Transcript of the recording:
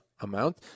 amount